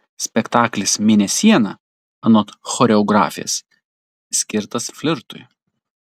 spektaklis mėnesiena anot choreografės skirtas flirtui